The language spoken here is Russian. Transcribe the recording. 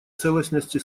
целостности